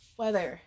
weather